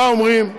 מה אומרים?